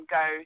go